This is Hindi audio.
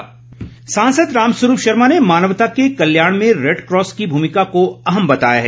रेडक्रॉस सांसद राम स्वरूप शर्मा ने मानवता के कल्याण में रेडक्रॉस की मूमिका को अहम बताया है